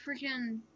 Freaking